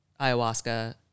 ayahuasca